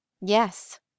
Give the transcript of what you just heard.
yes